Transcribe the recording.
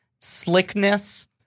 slickness